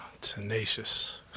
Tenacious